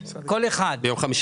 לכולם.